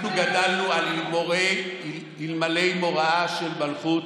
אנחנו גדלנו על אלמלא מוראה של מלכות,